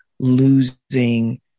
losing